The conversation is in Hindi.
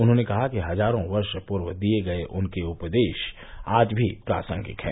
उन्होंने कहा कि हजारों वर्ष पूर्व दिये गये उनके उपदेश आज भी प्रासंगिक है